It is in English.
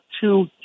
two